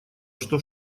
что